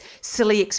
silly